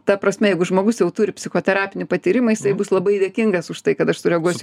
ta prasme jeigu žmogus jau turi psichoterapinį patyrimą jisai bus labai dėkingas už tai kad aš sureaguosiu